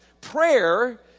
Prayer